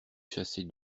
chasser